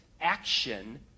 action